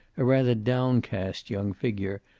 a rather downcast young figure,